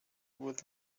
with